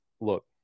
look